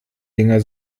dinger